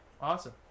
Awesome